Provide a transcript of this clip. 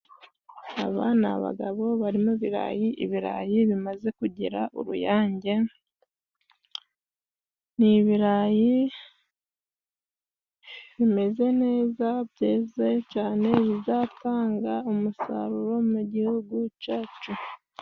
Aba ni abagabo bari mu birayi, ibirayi bimaze kugira uruyange, ni ibirayi bimeze neza, byeze cyane, bizatanga umusaruro mu gihugu cyacu.